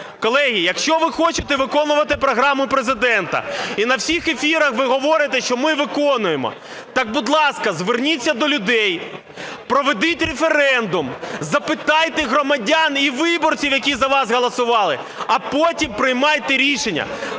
Колеги, якщо ви хочете виконувати програму Президента, і на всіх ефірах ви говорите, що ми виконуємо, так, будь ласка, зверніться до людей, проведіть референдум, запитайте громадян і виборців, які за вас голосували, а потім приймайте рішення.